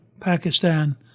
Pakistan